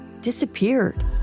disappeared